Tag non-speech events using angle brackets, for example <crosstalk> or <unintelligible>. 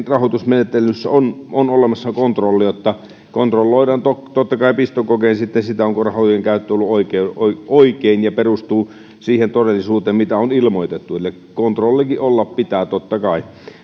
<unintelligible> rahoitusmenettelyssä on on olemassa kontrolli jotta kontrolloidaan pistokokein sitten sitä onko rahojen käyttö ollut oikein ja perustuu siihen todellisuuteen mitä on ilmoitettu eli kontrollikin olla pitää totta kai